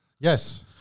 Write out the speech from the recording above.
Yes